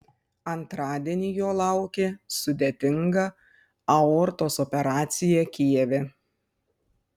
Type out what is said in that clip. antradienį jo laukė sudėtinga aortos operacija kijeve